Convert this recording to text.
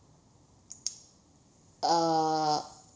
uh